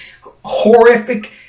horrific